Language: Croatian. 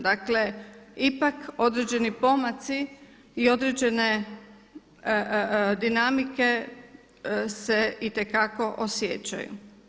Dakle, ipak određeni pomaci i određene dinamike se itekako osjećaju.